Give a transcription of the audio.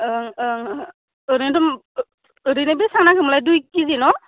ओं ओं ओरैनोथ' ओरैनो बेसेबां नांगौमोनलाय दुइ किजि न'